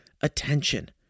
attention